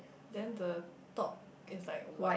then the top is like white